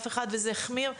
וזה החמיר",